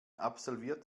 absolviert